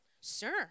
Sir